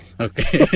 okay